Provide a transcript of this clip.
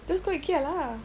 just go Ikea lah